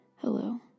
Hello